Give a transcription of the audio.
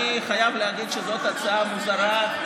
אני חייב להגיד שזאת הצעה מוזרה.